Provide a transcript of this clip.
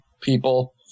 people